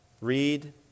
Read